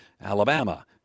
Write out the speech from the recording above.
Alabama